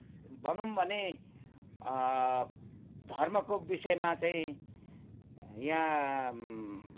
भनौँ भने धर्मको विषयमा चाहिँ यहाँ